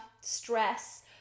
stress